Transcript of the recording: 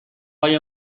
های